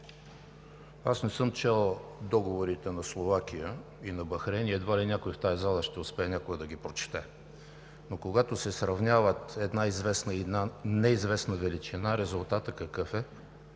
Аз не съм чел договорите на Словакия и на Бахрейн и едва ли някой в тази зала ще успее някога да ги прочете. Но когато се сравняват една известна и една неизвестна величина, резултатът какъв е?